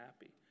happy